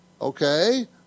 Okay